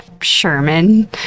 Sherman